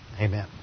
Amen